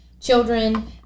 children